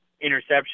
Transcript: interception